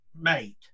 mate